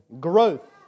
growth